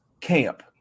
camp